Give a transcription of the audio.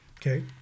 Okay